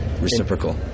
reciprocal